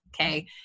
Okay